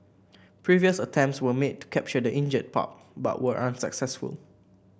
previous attempts were made to capture the injured pup but were unsuccessful